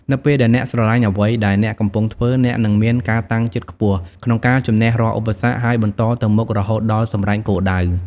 នៅពេលដែលអ្នកស្រឡាញ់អ្វីដែលអ្នកកំពុងធ្វើ អ្នកនឹងមានការតាំងចិត្តខ្ពស់ក្នុងការជំនះរាល់ឧបសគ្គ ហើយបន្តទៅមុខរហូតដល់សម្រេចគោលដៅ។